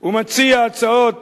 ומציע הצעות